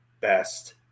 best